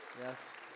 Yes